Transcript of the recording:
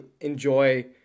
enjoy